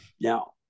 Now